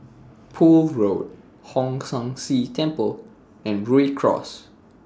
Poole Road Hong San See Temple and Rhu Cross